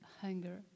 hunger